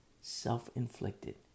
Self-inflicted